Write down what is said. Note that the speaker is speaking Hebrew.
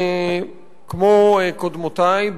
כמו קודמותי,